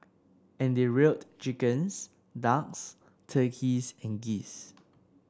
and they reared chickens ducks turkeys and geese